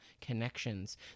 connections